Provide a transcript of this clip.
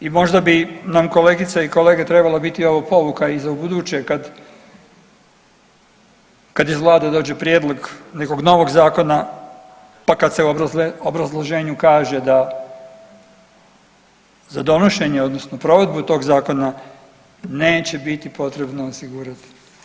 I možda bi nam kolegice i kolege trebalo biti ovo pouka i za ubuduće kad, kad iz vlade dođe prijedlog nekog novog zakona, pa kad se u obrazloženju kaže da za donošenje odnosno provedbu tog zakona neće biti potrebno osigurati.